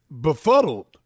befuddled